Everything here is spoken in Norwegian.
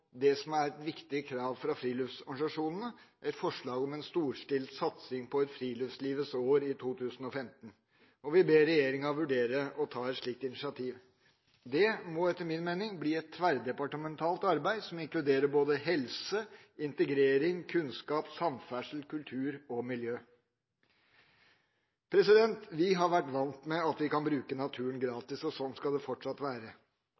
det som er et viktig krav fra friluftsorganisasjonene, nemlig et forslag om en storstilt satsing på et friluftslivets år i 2015, og vi ber regjeringa vurdere å ta et slikt initiativ. Det må etter min mening bli et tverrdepartementalt arbeid som inkluderer både helse, integrering, kunnskap, samferdsel, kultur og miljø. Vi har vært vant med at vi kan bruke naturen gratis, og sånn skal det fortsatt være.